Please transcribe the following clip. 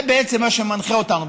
זה בעצם מה שמנחה אותנו.